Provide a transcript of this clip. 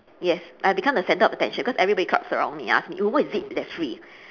yes I become the centre of attention because everybody crowds around me and ask me oh what is it that's free